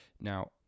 Now